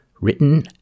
Written